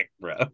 bro